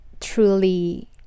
truly